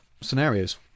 scenarios